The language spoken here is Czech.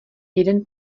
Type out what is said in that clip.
jeden